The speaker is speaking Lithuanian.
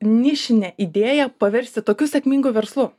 nišinę idėją paversti tokiu sėkmingu verslu